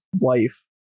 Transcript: wife